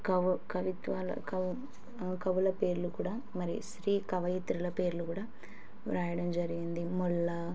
కవు కవిత్వాల కవు కవుల పేర్లు కూడా మరి శ్రీ కవియిత్రుల పేర్లు కూడా రాయడం జరిగింది మొల్ల